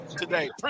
today